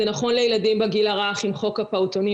זה נכון לילדים בגיל הרך עם חוק הפעוטונים